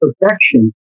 perfection